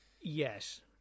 yes